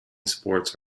sports